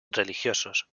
religiosos